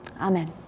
Amen